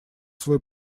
свой